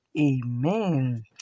Amen